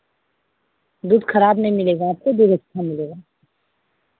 दूध खराब नहीं मिलेगा आपको दूध अच्छा मिलेगा